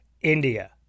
India